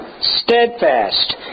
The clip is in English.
steadfast